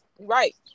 Right